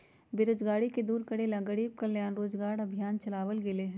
बेरोजगारी के दूर करे ला गरीब कल्याण रोजगार अभियान चलावल गेले है